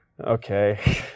Okay